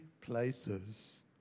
places